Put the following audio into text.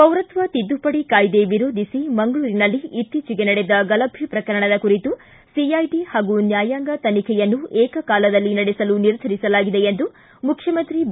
ಪೌರತ್ವ ತಿದ್ದುಪಡಿ ಕಾಯ್ದೆ ವಿರೋಧಿಸಿ ಮಂಗಳೂರಿನಲ್ಲಿ ಇತ್ತೀಚೆಗೆ ನಡೆದ ಗಲಭೆ ಪ್ರಕರಣದ ಕುರಿತು ಸಿಐಡಿ ಹಾಗೂ ನ್ನಾಯಾಂಗ ತನಿಖೆಯನ್ನು ಏಕ ಕಾಲದಲ್ಲಿ ನಡೆಸಲು ನಿರ್ಧರಿಸಲಾಗಿದೆ ಎಂದು ಮುಖ್ಚುಮಂತ್ರಿ ಬಿ